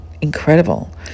incredible